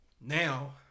now